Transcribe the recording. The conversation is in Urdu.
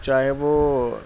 چاہے وہ